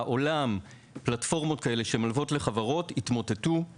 בעולם, פלטפורמות כאלה, שמלוות לחברות התמוטטו.